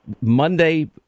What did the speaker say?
Monday